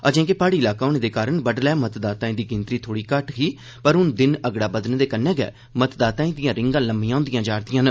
अजें के प्हाड़ी इलाका होने दे कारण बड्डलै मतदाताएं दी गिनतरी थ्होड़ी घट्ट ही पर हून दिन अगड़ा बघने दे कन्नै गै मतदाताएं दिआं रीडां लम्मिआं हुंदिआं जा'रदिआं न